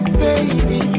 baby